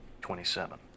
Twenty-seven